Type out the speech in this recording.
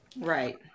Right